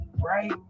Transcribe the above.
right